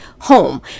home